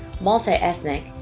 multi-ethnic